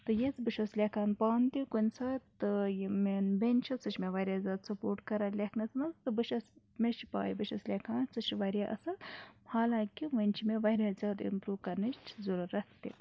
تہٕ یژھ بہٕ چھٮ۪س لیٚکھان پانہٕ تہِ کُنہِ ساتہٕ تہٕ یہِ میٛانۍ بیٚنہِ چھِ سُہ چھِ مےٚ واریاہ زیادٕ سپوٹ کَران لیٚکھنَس منٛز تہٕ بہٕ چھٮ۪س مےٚ چھِ پاے بہٕ چھٮ۪س لیٚکھان سُہ چھِ واریاہ اَصٕل حالانٛکہ وۄنۍ چھِ مےٚ واریاہ زیادٕ اِمپرٛوٗ کَرنٕچ ضروٗرت تہِ